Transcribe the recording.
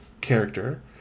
character